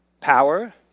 power